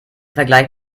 vergleich